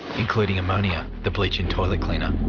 including ammonia, the bleach in toilet cleaner,